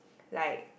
like